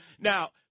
Now